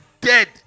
dead